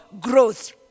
growth